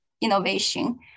innovation